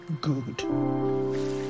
good